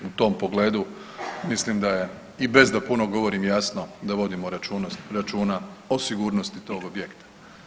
U tom pogledu mislim da je i bez da puno govorim jasno da vodimo računa o sigurnosti tog objekta.